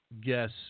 guess